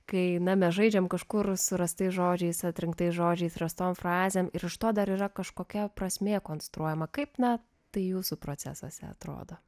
kai mes žaidžiame kažkur surastais žodžiais atrinktais žodžiais įprastom frazėm ir iš to dar yra kažkokia prasmė konstruojama kaip na tai jūsų procesas neatrodo